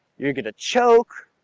you're gonna choke,